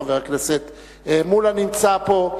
חבר הכנסת מולה נמצא פה,